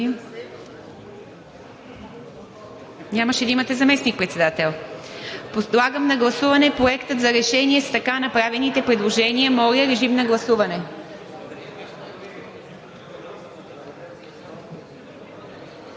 Благодаря Ви. Нямаше да имате заместник-председател. Подлагам на гласуване Проекта за решение с така направените предложения. Моля, режим на гласуване.